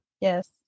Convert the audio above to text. Yes